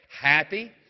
happy